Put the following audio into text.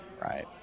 right